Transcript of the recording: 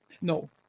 No